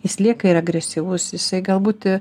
jis lieka ir agresyvus jisai galbūt